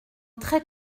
très